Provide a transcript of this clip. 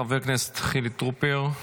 חבר הכנסת חילי טרופר,